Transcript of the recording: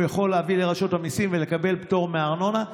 יכול להביא לרשות המיסים ולקבל פטור מארנונה,